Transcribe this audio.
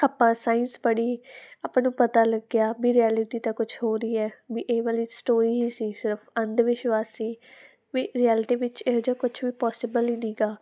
ਆਪਾਂ ਸਾਇੰਸ ਪੜ੍ਹੀ ਆਪਾਂ ਨੂੰ ਪਤਾ ਲੱਗਿਆ ਵੀ ਰਿਐਲਿਟੀ ਤਾਂ ਕੁਛ ਹੋਰ ਹੀ ਹੈ ਵੀ ਇਹ ਵਾਲੀ ਸਟੋਰੀ ਹੀ ਸੀ ਸਿਰਫ ਅੰਧ ਵਿਸ਼ਵਾਸ ਸੀ ਵੀ ਰਿਐਲਿਟੀ ਵਿੱਚ ਇਹੋ ਜਿਹਾ ਕੁਛ ਵੀ ਪੋਸੀਬਲ ਨੀਗਾ